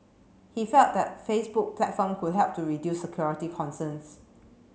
he felt that Facebook platform could help to reduce security concerns